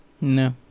No